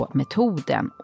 metoden